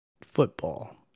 football